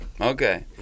Okay